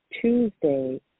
Tuesday